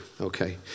Okay